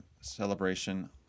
celebration